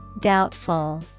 Doubtful